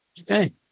Okay